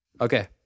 Okay